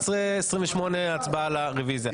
ב-11:28 הצבעה על הרוויזיה.